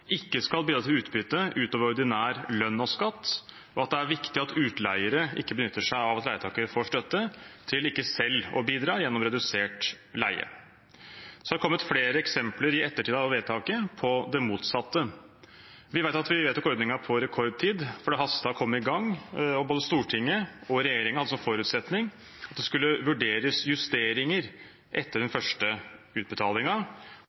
skal bidra til utbytte utover ordinær lønn og skatt, og at det er viktig at utleiere ikke benytter seg av at leietakere får støtte til ikke selv å bidra gjennom redusert leie». Så har det kommet flere eksempler på det motsatte i ettertid av vedtaket. Vi vet at vi vedtok ordningen på rekordtid, for det hastet å komme i gang. Både Stortinget og regjeringen hadde som forutsetning at det skulle vurderes justeringer etter den